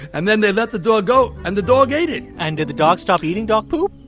and then they let the dog go, and the dog ate it and did the dog stop eating dog poop?